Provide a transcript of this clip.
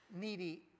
needy